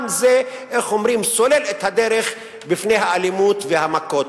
גם זה סולל את הדרך בפני האלימות והמכות.